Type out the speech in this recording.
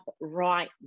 right